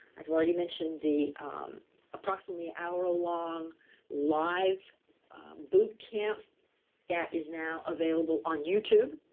i've already mentioned the approximately hour long live boot camp that is now available on youtube,